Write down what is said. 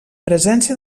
presència